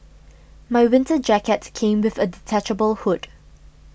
my winter jacket came with a detachable hood